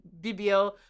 BBL